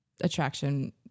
attraction